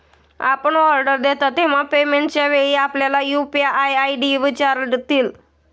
आपण ऑर्डर देता तेव्हा पेमेंटच्या वेळी आपल्याला यू.पी.आय आय.डी विचारतील